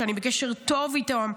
שאני בקשר טוב איתו,